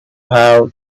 have